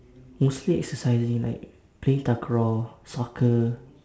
mostly exercising like playing takraw soccer